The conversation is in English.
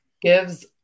gives